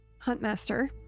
Huntmaster